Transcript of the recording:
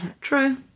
True